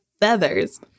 feathers